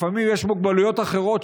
לפעמים יש מוגבלויות אחרות,